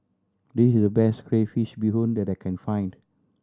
this is the best crayfish beehoon that I can find